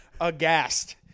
aghast